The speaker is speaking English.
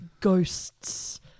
ghosts